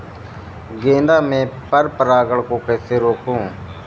गेंदा में पर परागन को कैसे रोकुं?